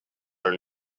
are